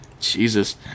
Jesus